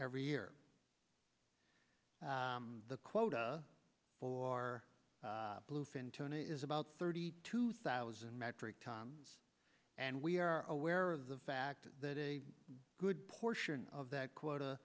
every year the quota for bluefin tuna is about thirty two thousand metric tons and we are aware of the fact that a good portion of that quota